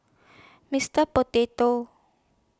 Mister Potato